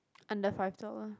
under five dollar